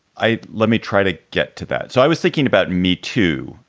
i. let me try to get to that. so i was thinking about me, too.